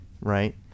right